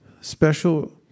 special